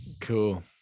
cool